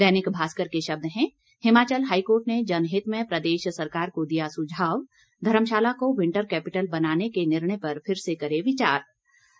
दैनिक भास्कर के शब्द हैं हिमाचल हाईकोर्ट ने जनहित में प्रदेश सरकार को दिया सुझाव धर्मशाला को विंटर केपिटल बनाने के निर्णय पर फिर से विचार करे सरकार